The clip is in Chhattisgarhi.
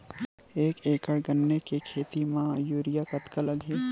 एक एकड़ गन्ने के खेती म यूरिया कतका लगही?